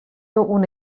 una